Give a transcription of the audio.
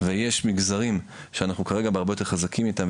ויש מגזרים שאנחנו כרגע הרבה יותר חזקים איתם.